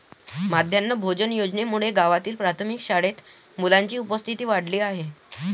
माध्यान्ह भोजन योजनेमुळे गावातील प्राथमिक शाळेत मुलांची उपस्थिती वाढली आहे